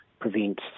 prevent